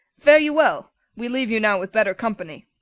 fare ye well we leave you now with better company.